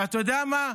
ואתה יודע מה?